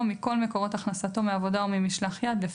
מכל מקורות הכנסתו מעבודה או ממשלח ידו,